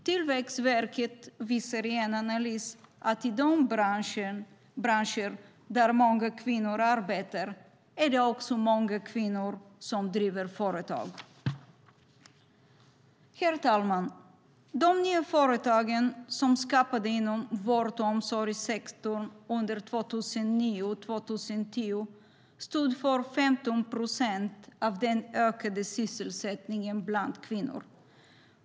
Tillväxtverket visar i en analys att i de branscher där många kvinnor arbetar är det också många kvinnor som driver företag. Herr talman! De nya företagen som skapades inom vård och omsorgssektorn under 2009 och 2010 stod för 15 procent av den ökade sysselsättningen bland kvinnor.